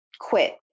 quit